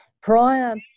Prior